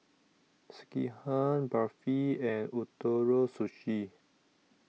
Sekihan Barfi and Ootoro Sushi